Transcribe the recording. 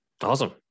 Awesome